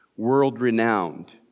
world-renowned